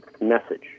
message